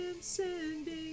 sending